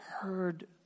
heard